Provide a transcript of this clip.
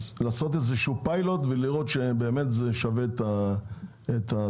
לעשות פיילוט ולראות שזה שווה את זה.